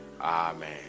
Amen